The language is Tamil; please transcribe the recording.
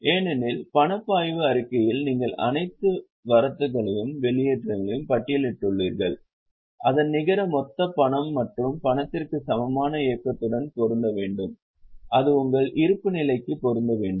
ஏனெனில் பணப்பாய்வு அறிக்கையில் நீங்கள் அனைத்து வரத்துகளையும் வெளியேற்றங்களையும் பட்டியலிட்டுள்ளீர்கள் அதன் நிகர மொத்தம் பணம் மற்றும் பணத்திற்கு சமமான இயக்கத்துடன் பொருந்த வேண்டும் அது உங்கள் இருப்புநிலைக்கு பொருந்த வேண்டும்